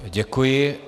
Děkuji.